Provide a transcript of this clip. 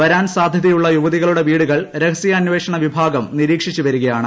വരാൻ സാദ്ധ്യതയുള്ള യുവതികളുടെ വീടുകൾ രഹസ്യാന്വേഷണ വിഭാഗം നിരീക്ഷിച്ചുവരികയാണ്